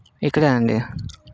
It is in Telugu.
ఇక్కడ అండి